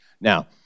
Now